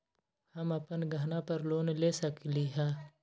हम अपन गहना पर लोन ले सकील?